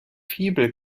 fibel